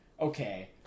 okay